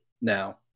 now